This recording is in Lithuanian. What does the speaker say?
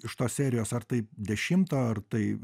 iš tos serijos ar tai dešimto ar tai